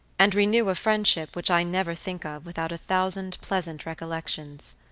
and renew a friendship which i never think of without a thousand pleasant recollections.